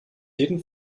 jeden